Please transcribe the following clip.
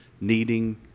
needing